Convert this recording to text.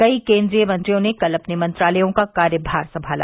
कई केंद्रीय मंत्रियों ने कल अपने मंत्रालयों का कार्यमार संमाला